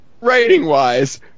writing-wise